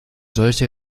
solche